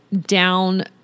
down